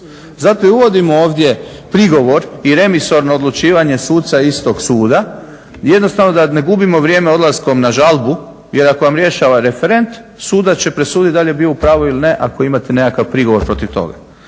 Zato i uvodimo ovdje prigovor i remisorno odlučivanje suca istog suda jednostavno da ne gubimo vrijeme odlaskom na žalbu, jer ako vam rješava referent sudac će presuditi da li je bio u pravu ili ne ako imate nekakav prigovor protiv toga.